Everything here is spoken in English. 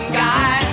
guy